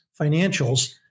financials